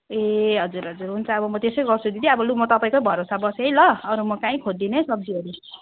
ए हजुर हजुर हुन्छ अब म त्यसै गर्छु दिदी अब लु म तपाईँकै भरोसा बसेँ है ल अरू म कहीँ खोज्दिनँ है सब्जीहरू